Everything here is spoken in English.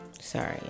Sorry